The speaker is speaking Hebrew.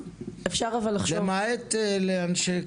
למעט לאנשי קבע,